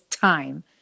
time